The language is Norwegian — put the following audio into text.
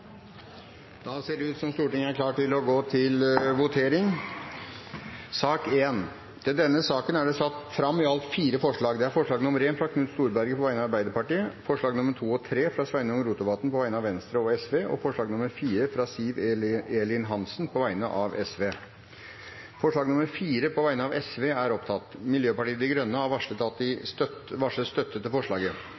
Da er Stortinget klar til å gå til votering. Under debatten er det satt fram i alt fire forslag. Det er forslag nr. 1, fra Knut Storberget på vegne av Arbeiderpartiet forslagene nr. 2 og 3, fra Sveinung Rotevatn på vegne av Venstre og Sosialistisk Venstreparti forslag nr. 4, fra Siv Elin Hansen på vegne av Sosialistisk Venstreparti Det voteres over forslag nr. 4, fra Sosialistisk Venstreparti. Forslaget lyder: «Stortinget ber regjeringen iverksette en uavhengig, dyrevelferdsfaglig utredning av velferden ved kyllingproduksjon generelt, og bruk av kyllingrasen Ross 308 spesielt.» Miljøpartiet De